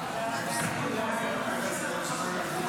ראשונה ותעבור